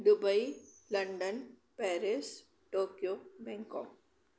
Dubai London Paris Tokyo Bangkok